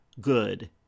good